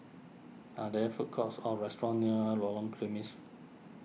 are there food courts or restaurants near Lorong